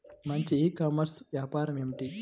మంచి e commerce వ్యాపారం ఏమిటీ?